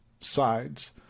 sides